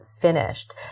finished